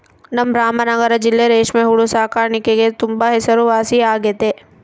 ನಮ್ ರಾಮನಗರ ಜಿಲ್ಲೆ ರೇಷ್ಮೆ ಹುಳು ಸಾಕಾಣಿಕ್ಗೆ ತುಂಬಾ ಹೆಸರುವಾಸಿಯಾಗೆತೆ